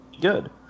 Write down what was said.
good